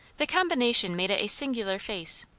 the combination made it a singular face,